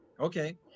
Okay